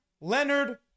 Leonard